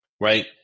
right